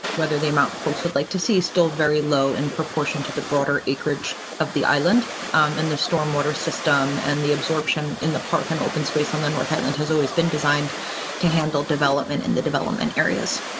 whether the amount folks would like to see still very low in proportion to the broader acreage of the island um and the storm water system and the absorption in the parking open space on the north atlanta has always been designed to handle development in the development areas.